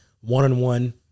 one-on-one